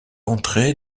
entré